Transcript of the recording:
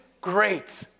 great